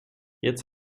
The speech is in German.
jetzt